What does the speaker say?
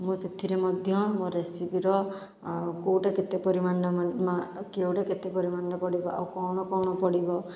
ମୁଁ ସେଥିରେ ମଧ୍ୟ ମୋ ରେସିପିର ଆଉ କେଉଁଟା କେତେ ପରିମାଣରେ କେଉଁଟା କେତେ ପରିମାଣରେ ପଡ଼ିବ ଆଉ କ'ଣ କ'ଣ ପଡ଼ିବ